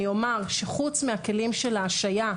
אני אומר שחוץ מהכלים של ההשעיה,